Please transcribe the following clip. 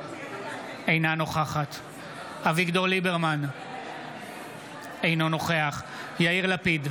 אינה נוכחת אביגדור ליברמן, אינו נוכח יאיר לפיד,